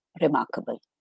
remarkable